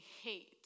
hate